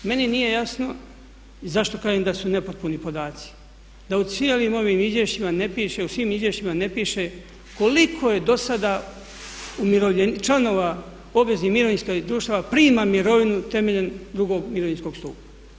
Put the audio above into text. Meni nije jasno i zašto kažem da su nepotpuni podaci, da u cijelim ovim izvješćima ne piše, u svim izvješćima ne piše koliko je dosada članova obveznih mirovinskih društava prima mirovinu temeljem 2. mirovinskog stupa?